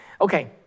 Okay